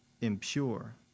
impure